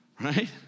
right